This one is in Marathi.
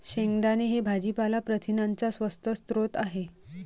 शेंगदाणे हे भाजीपाला प्रथिनांचा स्वस्त स्रोत आहे